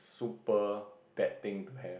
super bad thing to have